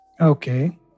Okay